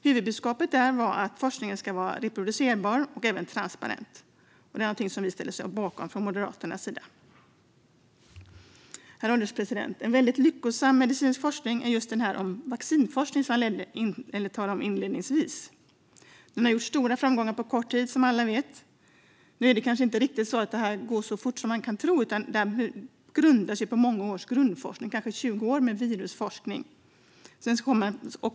Huvudbudskapet var att forskningen ska vara reproducerbar och transparent. Detta är någonting som vi ställer oss bakom från Moderaternas sida. Herr ålderspresident! En väldigt lyckosam medicinsk forskning är just vaccinforskningen, som jag talade om inledningsvis. Den har gjort stora framsteg på kort tid, som alla vet. Nu går den kanske inte riktigt så fort som man kan tro, utan den grundar sig på många års grundforskning, kanske upp till 20 år av virusforskning.